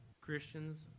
Christians